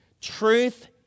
Truth